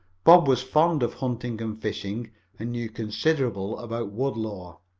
bob was fond of hunting and fishing and knew considerable about wood-lore.